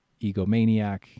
egomaniac